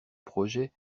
projet